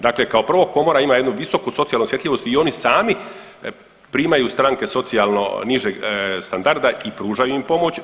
Dakle, kao prvo komora ima jednu visoku socijalnu osjetljivost i oni sami primaju stranke socijalno nižeg standarda i pružaju im pomoć.